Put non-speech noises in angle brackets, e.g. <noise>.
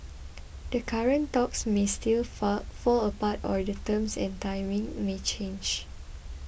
the current talks may still <unintelligible> fall apart or the terms and timing may change